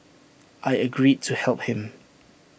I agreed to help him